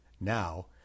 Now